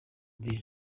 dieu